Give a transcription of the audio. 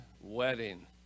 wedding